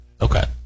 Okay